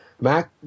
Mac